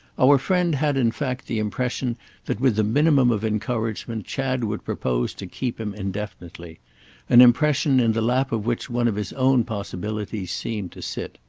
our friend had in fact the impression that with the minimum of encouragement chad would propose to keep him indefinitely an impression in the lap of which one of his own possibilities seemed to sit.